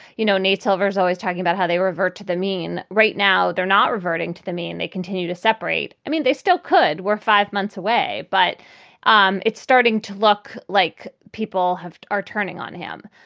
you know, nate silver is always is always talking about how they revert to the mean. right now, they're not reverting to the mean. they continue to separate. i mean, they still could. we're five months away, but um it's starting to look like people have are turning on him.